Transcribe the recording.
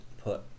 put